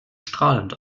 strahlend